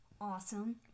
Awesome